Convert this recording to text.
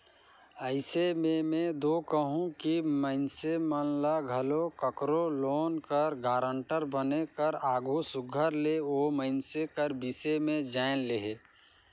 अइसे में में दो कहूं कि मइनसे ल घलो काकरो लोन कर गारंटर बने कर आघु सुग्घर ले ओ मइनसे कर बिसे में जाएन लेहे